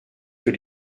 für